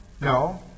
No